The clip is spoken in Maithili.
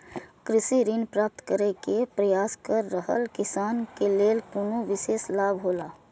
कृषि ऋण प्राप्त करे के प्रयास कर रहल किसान के लेल कुनु विशेष लाभ हौला?